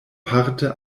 parte